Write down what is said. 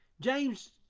James